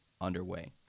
underway